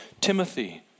Timothy